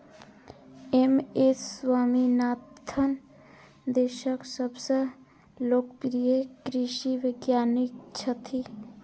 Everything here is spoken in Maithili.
एम.एस स्वामीनाथन देशक सबसं लोकप्रिय कृषि वैज्ञानिक छथि